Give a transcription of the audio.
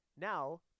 Now